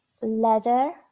leather